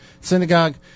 synagogue